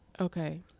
Okay